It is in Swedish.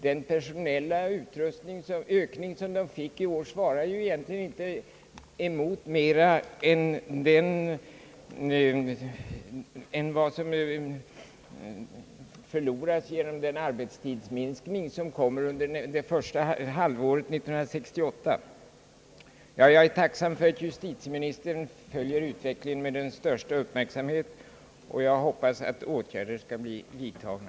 Den personella ökning som polisen fick i år svarar egentligen inte mot mera än vad som förloras genom den arbetstidsminskning som inträffar under första halvåret 1968. Jag är tacksam för att justitieministern följer utvecklingen med största uppmärksamhet, och jag hoppas att åtgärder skall bli vidtagna.